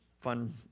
fun